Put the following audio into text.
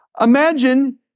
Imagine